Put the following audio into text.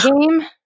game